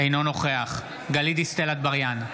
אינו נוכח גלית דיסטל אטבריאן,